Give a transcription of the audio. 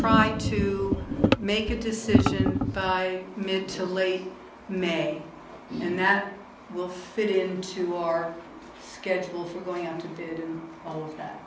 trying to make a decision by mid to late may and that will fit into our schedule for going on to do so that